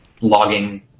logging